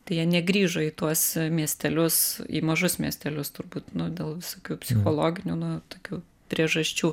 tai jie negrįžo į tuos miestelius į mažus miestelius turbūt dėl visokių psichologinių nu tokių priežasčių